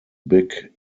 big